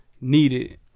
needed